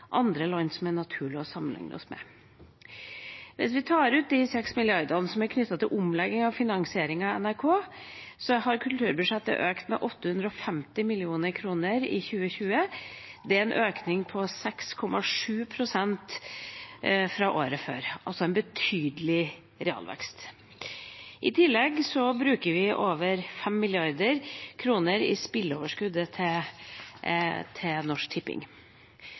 andre land som det er naturlig å sammenligne oss med, gjør. Hvis vi tar ut de 6 mrd. kr som er knyttet til omlegging av finansieringen av NRK, har kulturbudsjettet økt med 850 mill. kr i 2020. Det er en økning på 6,7 pst. fra året før – altså en betydelig realvekst. I tillegg bruker vi over 5 mrd. kr av spilleoverskuddet fra Norsk Tipping.